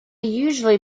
usually